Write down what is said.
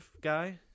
guy